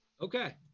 Okay